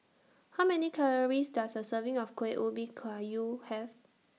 How Many Calories Does A Serving of Kueh Ubi Kayu Have